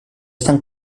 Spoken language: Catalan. estan